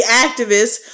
activists